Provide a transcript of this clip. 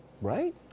right